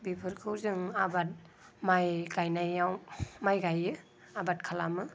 बेफोरखौ जों आबाद माइ गायनायाव माइ गायो आबाद खालामो